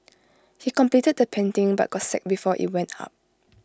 he completed the painting but got sacked before IT went up